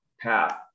path